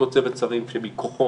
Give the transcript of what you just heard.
אותו צוות שרים שמכוחו